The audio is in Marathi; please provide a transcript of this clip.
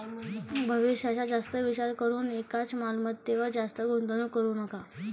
भविष्याचा जास्त विचार करून एकाच मालमत्तेवर जास्त गुंतवणूक करू नका